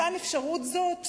מתן אפשרות זו,